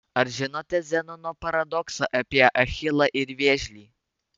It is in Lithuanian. ar žinote zenono paradoksą apie achilą ir vėžlį